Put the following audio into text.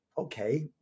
okay